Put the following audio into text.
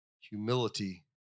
humility